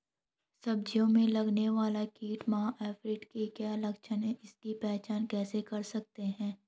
सब्जियों में लगने वाला कीट माह एफिड के क्या लक्षण हैं इसकी पहचान कैसे कर सकते हैं?